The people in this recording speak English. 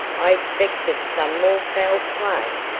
i expected some more-foul play!